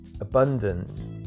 abundance